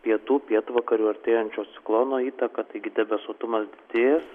pietų pietvakarių artėjančio ciklono įtaką taigi debesuotumas didės